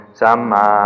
sama